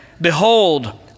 behold